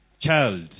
child